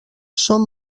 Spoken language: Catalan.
són